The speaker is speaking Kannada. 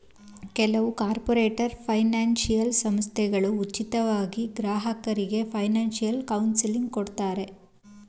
ಕೆಲವು ಕಾರ್ಪೊರೇಟರ್ ಫೈನಾನ್ಸಿಯಲ್ ಸಂಸ್ಥೆಗಳು ಉಚಿತವಾಗಿ ಗ್ರಾಹಕರಿಗೆ ಫೈನಾನ್ಸಿಯಲ್ ಕೌನ್ಸಿಲಿಂಗ್ ಕೊಡ್ತಾರೆ